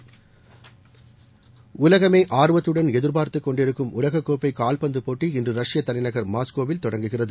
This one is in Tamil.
விளையாட்டுச் செய்திகள் உலகமே ஆர்வத்துடன் எதிர்பார்த்துக் கொண்டிருக்கும் உலகக்கோப்பை கால்பந்தப்போட்டி இன்று ரஷ்ய தலைநகர் மாஸ்கோவில் தொடங்குகிறது